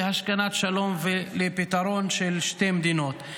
להשכנת שלום ולפתרון של שתי מדינות.